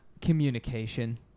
communication